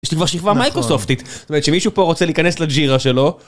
יש לי כבר שכבה מייקרוסופטית, זאת אומרת שמישהו פה רוצה להיכנס לג'ירה שלו.